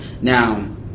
Now